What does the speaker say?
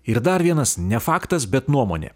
ir dar vienas ne faktas bet nuomonė